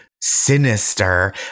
sinister